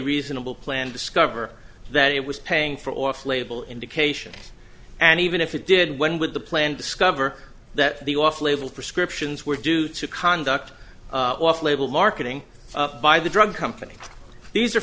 reasonable plan discover that it was paying for off label indication and even if it did when with the plan discover that the off label prescriptions were due to conduct off label marketing by the drug company these are